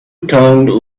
tongued